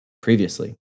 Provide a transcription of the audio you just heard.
previously